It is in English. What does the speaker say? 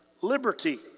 Liberty